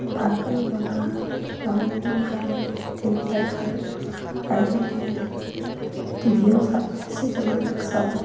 ভাত পানী বনাওঁ বনাই পিনে খালোঁ তিনিটাই খালোঁ খাই পিনে টিভিও চাওঁ ছিৰিয়েলবিলাক চাওঁ